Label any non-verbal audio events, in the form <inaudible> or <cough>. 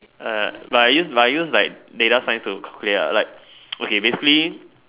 uh but I use but I use like data science to calculate ah like <noise> okay basically